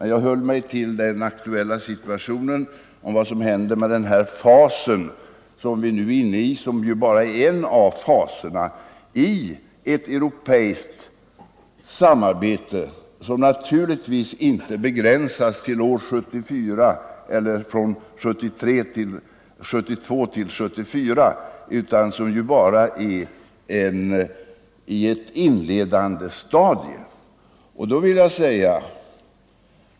Jag höll mig till den aktuella situationen, om vad som händer med den fas av ett europeiskt samarbete som vi nu är inne i och som naturligtvis inte begränsas till åren 1972-1974, utan som bara befinner sig i ett inledande stadium.